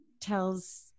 tells